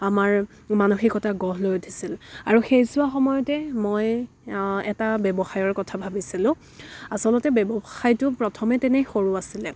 আমাৰ মানসিকতা গঢ় লৈ উঠিছিল আৰু সেইচোৱা সময়তে মই এটা ব্যৱসায়ৰ কথা ভাবিছিলোঁ আচলতে ব্যৱসায়টো প্ৰথমে তেনেই সৰু আছিলে